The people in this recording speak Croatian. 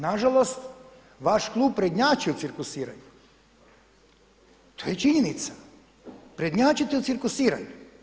Nažalost, vaš klub prednjači u cirkusiranju, to je činjenica, prednjačite u cirkusiranju.